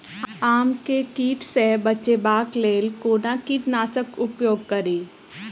आम केँ कीट सऽ बचेबाक लेल कोना कीट नाशक उपयोग करि?